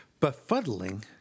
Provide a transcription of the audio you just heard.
befuddling